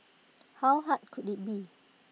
how hard could IT be